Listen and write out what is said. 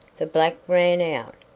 the black ran out,